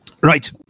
Right